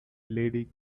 lady